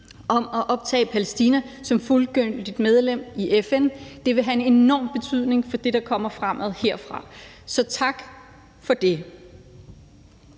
om at optage Palæstina som fuldgyldigt medlem af FN. Det vil have en enorm betydning for det, der kommer fremadrettet herfra. Så tak for det.